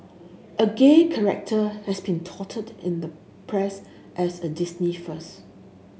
a gay character has been touted in the press as a Disney first